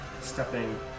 stepping